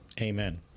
Amen